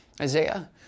Isaiah